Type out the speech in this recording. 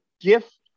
gift